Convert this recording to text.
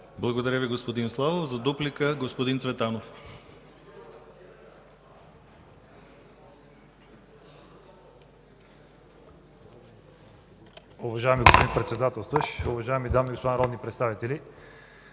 Благодаря Ви, господин Славов. За дуплика – господин Цветанов.